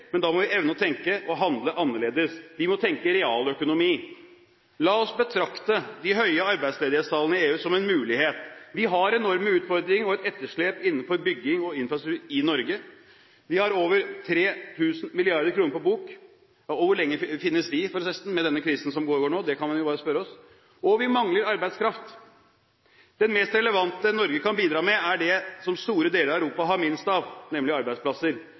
men da må vi evne å tenke og handle annerledes – vi må tenke realøkonomi. La oss betrakte de høye arbeidsledighetstallene i EU som en mulighet. Vi har enorme utfordringer og et etterslep innenfor bygging og infrastruktur i Norge, vi har over 3 000 mrd. kr på bok – og hvor lenge finnes de, forresten, med den krisen som pågår nå, det kan vi bare spørre oss – og vi mangler arbeidskraft. Det mest relevante Norge kan bidra med, er det som store deler av Europa har minst av, nemlig arbeidsplasser.